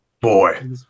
Boy